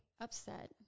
upset